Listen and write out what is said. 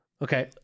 Okay